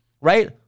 Right